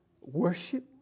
worship